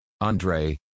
Andre